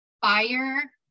Fire